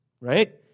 Right